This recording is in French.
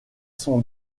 son